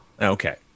Okay